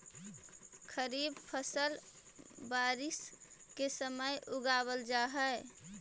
खरीफ फसल बारिश के समय उगावल जा हइ